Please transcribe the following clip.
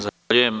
Zahvaljujem.